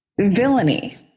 villainy